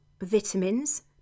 vitamins